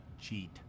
cheat